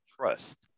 trust